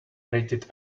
rated